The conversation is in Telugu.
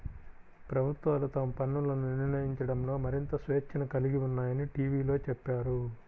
ప్రభుత్వాలు తమ పన్నులను నిర్ణయించడంలో మరింత స్వేచ్ఛను కలిగి ఉన్నాయని టీవీలో చెప్పారు